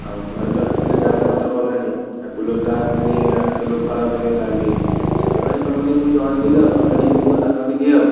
ଆଉ ଘରେ ତ ଏମିତିରେ ଗାଳି ମତେ କଲେଣି କୁଲର୍ଟା ଏମିତି ଆଣିଥିଲୁ ଖରାପ ହେଇଗଲା ବୋଲି ସେଥିପାଇଁ ତମେ ମୁଁ ଜଣେଇଦେଲି ଆଉ ତମେ ଟିକେ କୁହ ତାଙ୍କ ଦେଇିକି ଆଉ